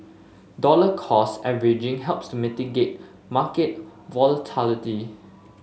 dollar cost averaging helps to mitigate market volatility